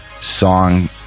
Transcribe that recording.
Song